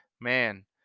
man